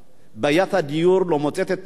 בעיית הדיור לא מוצאת את פתרונה.